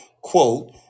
quote